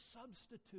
substitute